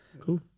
cool